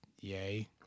Yay